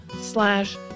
slash